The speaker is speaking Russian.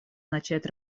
начать